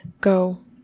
go